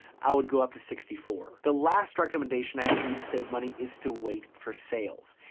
i would go up to sixty four. the last recommendation i have for you to save money is to wait for sales.